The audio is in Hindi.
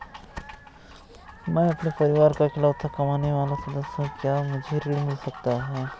मैं अपने परिवार का इकलौता कमाने वाला सदस्य हूँ क्या मुझे ऋण मिल सकता है?